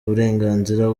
uburenganzira